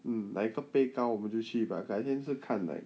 嗯那一个 pay 高我们就去吧改天是看 like